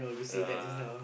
yeah